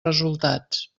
resultats